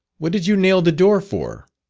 what did you nail the door for?